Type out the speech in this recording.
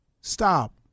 Stop